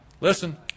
Listen